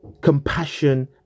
compassion